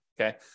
okay